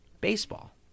baseball